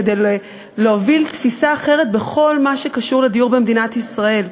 כדי להוביל תפיסה אחרת בכל מה שקשור לדיור במדינת ישראל.